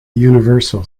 universal